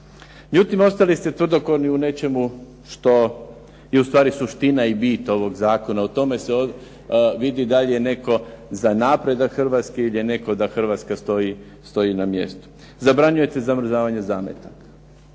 Međutim, ostali ste tvrdokorni u nečemu što je ustvari suština i bit ovog zakona. U tome se vidi dalje netko za napredak Hrvatske i gdje netko da Hrvatska stoji na mjestu. Zabranjujete zamrzavanje zametaka